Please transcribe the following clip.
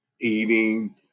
eating